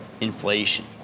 inflation